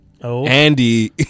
Andy